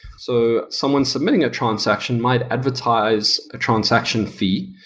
so someone submitting a transaction might advertise a transaction fee.